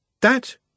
That—